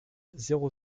zéro